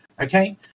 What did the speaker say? Okay